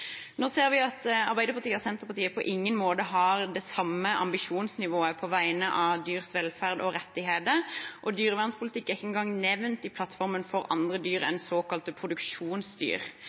Nå ser vi at Arbeiderpartiet og Senterpartiet på ingen måte har det samme ambisjonsnivået på vegne av dyrs velferd og rettigheter. Dyrevernpolitikk er ikke engang nevnt i plattformen for andre dyr enn såkalte produksjonsdyr,